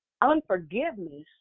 Unforgiveness